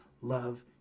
Love